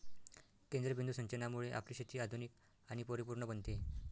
केंद्रबिंदू सिंचनामुळे आपली शेती आधुनिक आणि परिपूर्ण बनते